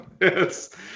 yes